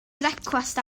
brecwast